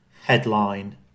headline